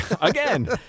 again